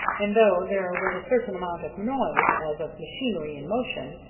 and though there was a certain amount of noise, as of machinery in motion,